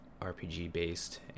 RPG-based